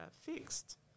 fixed